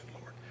Lord